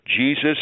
Jesus